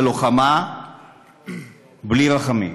בלוחמה בלי רחמים.